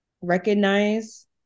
recognize